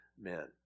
men